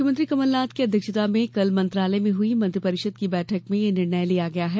मुख्यमंत्री कमल नाथ की अध्यक्षता में कल मंत्रालय में हुई मंत्रि परिषद की बैठक में यह निर्णय लिया गया है